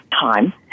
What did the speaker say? time